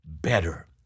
better